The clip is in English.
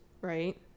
right